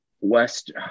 West –